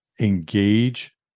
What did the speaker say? engage